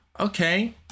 Okay